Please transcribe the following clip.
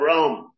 Rome